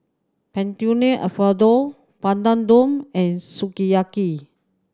Fettuccine Alfredo Papadum and Sukiyaki